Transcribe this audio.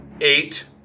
eight